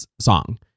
song